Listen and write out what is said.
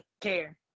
care